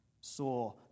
saw